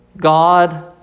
God